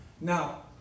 now